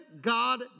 God